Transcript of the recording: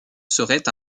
serait